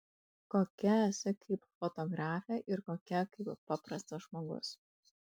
kokia esi kaip fotografė ir kokia kaip paprastas žmogus